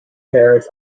paris